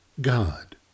God